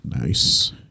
Nice